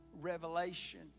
revelation